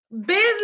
business